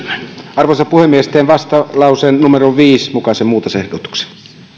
arvoisa puhemies teen vastalauseen viiden mukaisen muutosehdotuksen